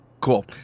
Cool